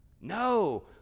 No